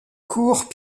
cours